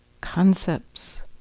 concepts